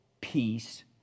peace